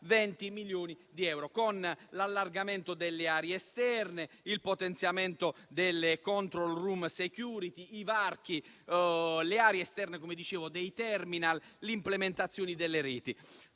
20 milioni di euro per l'allargamento delle aree esterne, il potenziamento delle *control room* e della *security*, i varchi o le aree esterne dei *terminal*, l'implementazione delle reti.